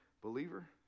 believer